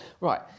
Right